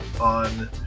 on